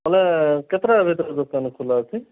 ମାନେ କେତେ ଟା ଭିତରେ ଦୋକାନ ଖୋଲା ଅଛି